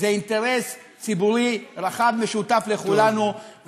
זה אינטרס ציבורי רחב, משותף לכולנו.